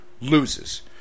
loses